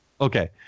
Okay